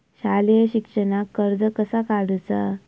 शालेय शिक्षणाक कर्ज कसा काढूचा?